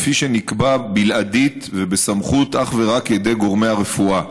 כפי שנקבע בלעדית ובסמכות ואך ורק בידי גורמי הרפואה.